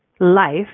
life